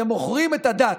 אתם מוכרים את הדת.